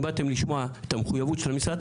אם באתם לשמוע את המחויבות של המשרד,